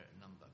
number